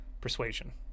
Persuasion